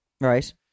Right